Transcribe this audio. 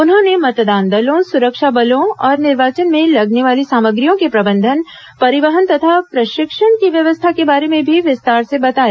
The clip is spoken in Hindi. उन्होंने मतदान दलों सुरक्षा बलों और निर्वाचन में लगने वाली सामग्रियों के प्रबंधन परिवहन तथा प्रशिक्षण की व्यवस्था के बारे में भी विस्तार से बताया